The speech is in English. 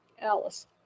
Alice